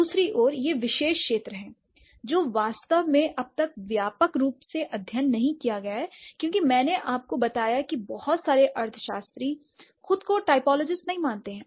दूसरी ओर यह विशेष क्षेत्र है जो वास्तव में अब तक व्यापक रूप से अध्ययन नहीं किया गया है क्योंकि मैंने आपको बताया कि बहुत सारे अर्थशास्त्री खुद को टोपोलॉजिस्ट नहीं मानते हैं